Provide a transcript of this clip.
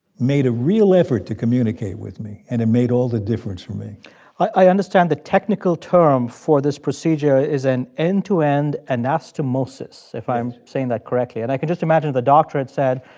made a real effort to communicate with me. and it made all the difference for me i understand the technical term for this procedure is an end-to-end and anastomosis if i'm saying that correctly. and i can just imagine if the doctor had said,